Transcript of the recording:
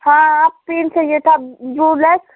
हाँ और पेन चाहिए था ब्लू ब्लैक